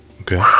Okay